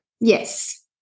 yes